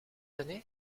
années